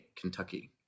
Kentucky